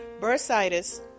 bursitis